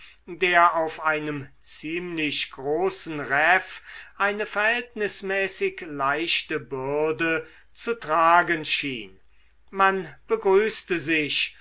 der auf einem ziemlich großen reff eine verhältnismäßig leichte bürde zu tragen schien man begrüßte sich